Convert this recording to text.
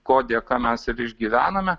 ko dėka mes ir išgyvename